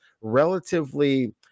relatively